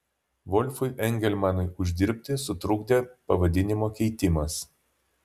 volfui engelmanui uždirbti sutrukdė pavadinimo keitimas